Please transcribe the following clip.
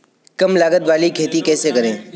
कम लागत वाली खेती कैसे करें?